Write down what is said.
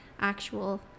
actual